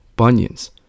bunions